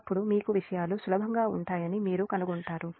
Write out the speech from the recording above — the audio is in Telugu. అప్పుడు మీకు విషయాలు సులభంగా ఉంటాయని మీరు కనుగొంటారు